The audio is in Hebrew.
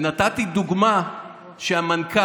ונתתי דוגמה שהמנכ"ל